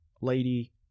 lady